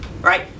Right